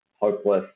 hopeless